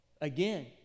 Again